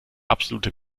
absolute